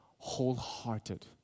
wholehearted